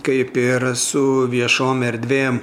kaip ir su viešom erdvėm